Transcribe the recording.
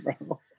bro